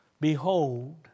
Behold